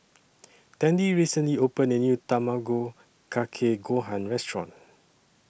Tandy recently opened A New Tamago Kake Gohan Restaurant